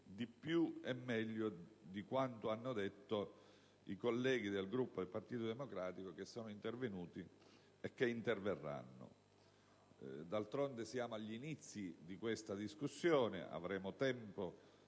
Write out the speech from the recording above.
di più e meglio di quanto hanno detto i colleghi del gruppo del Partito Democratico che sono intervenuti e che interverranno. D'altronde, siamo agli inizi di questa discussione: avremo tempo